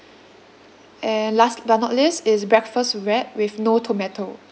and last but not least is breakfast wrap with no tomato